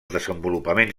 desenvolupament